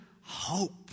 hope